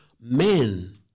men